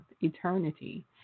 eternity